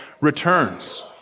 returns